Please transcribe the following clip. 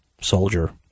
soldier